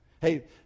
Hey